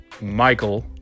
michael